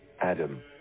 Adam